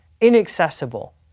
inaccessible